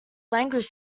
language